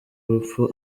urupfu